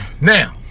Now